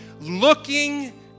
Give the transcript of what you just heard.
looking